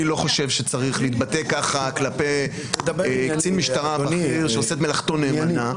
אני לא חושב שצריך להתבטא ככה כלפי קצין משטרה בכיר שעושה מלאכתו נאמנה.